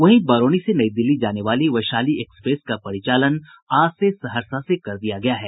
वहीं बरौनी से नई दिल्ली जाने वाली वैशाली एक्सप्रेस का परिचालन आज से सहरसा से कर दिया गया है